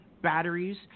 batteries